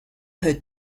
her